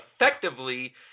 effectively